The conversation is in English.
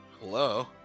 Hello